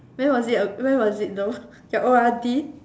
when was it when was it though your O_R_D